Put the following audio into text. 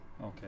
Okay